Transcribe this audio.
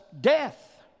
death